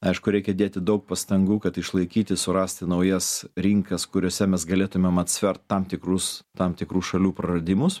aišku reikia dėti daug pastangų kad išlaikyti surasti naujas rinkas kuriose mes galėtumėm atsvert tam tikrus tam tikrų šalių praradimus